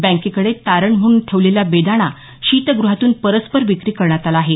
बँकेकडे तारण म्हणून ठेवलेला बेदाणा शीतग्रहातून परस्पर विक्री करण्यात आला आहे